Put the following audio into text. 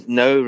no